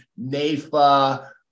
NAFA